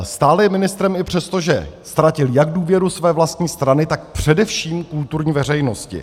Stále je ministrem, i přestože ztratil jak důvěru své vlastní strany, tak především kulturní veřejnosti.